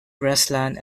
grassland